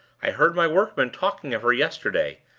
i heard my workmen talking of her yesterday.